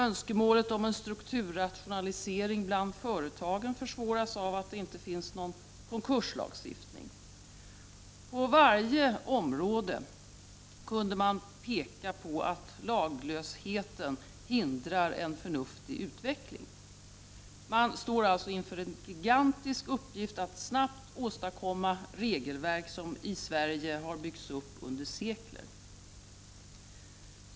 Önskemålet om en strukturrationalisering bland företagen försvåras av att det inte finns någon konkurslagstiftning. På varje område kunde man peka på att laglösheten hindrar en förnuftig utveckling. Man står — Prot. 1989/90:36 alltså inför en gigantisk uppgift att snabbt åstadkomma regelverk som i Sve 30 november 1990 rige har byggts upp under sekler.